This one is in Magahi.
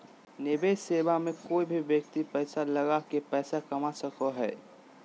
निवेश सेवा मे कोय भी व्यक्ति पैसा लगा के पैसा कमा सको हय